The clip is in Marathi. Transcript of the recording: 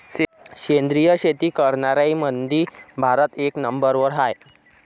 सेंद्रिय शेती करनाऱ्याईमंधी भारत एक नंबरवर हाय